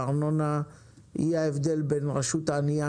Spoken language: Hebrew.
והארנונה היא ההבדל בין רשות ענייה,